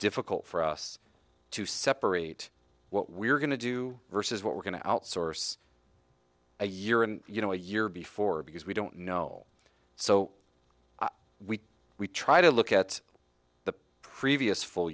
difficult for us to separate what we're going to do versus what we're going to outsource a year and you know a year before because we don't know so we we try to look at previous full